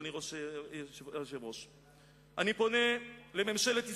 אני פונה לממשלת ישראל: